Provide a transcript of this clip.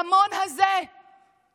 ההמון הזה צרך